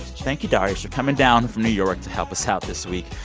thank you, darius, for coming down from new york to help us out this week.